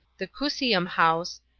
the cusiomhouse,